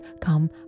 come